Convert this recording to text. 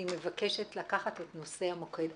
אני מבקשת לקחת את נושא המוקד,